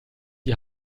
die